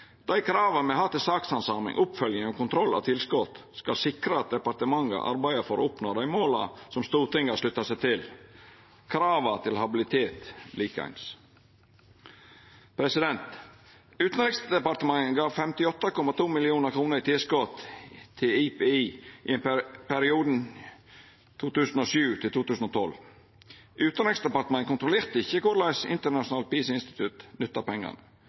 Dei krava me har til sakshandsaming, oppfølging og kontroll av tilskot, skal sikra at departementet arbeider for å oppnå dei måla som Stortinget har slutta seg til. Likeins gjeld for krava til habilitet. Utanriksdepartementet gav 58,2 mill. kr i tilskot til IPI i perioden 2007–2012. Utanriksdepartementet kontrollerte ikkje korleis International Peace Institute nytta pengane.